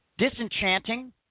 disenchanting